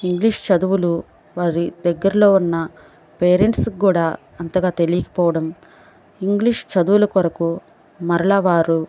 English చదువులు వారి దగ్గరలో ఉన్న పేరెంట్స్కి కూడా అంతగా తెలియకపోవడం ఇంగ్లీష్ చదువుల కొరకు మరలా వారు